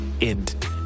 end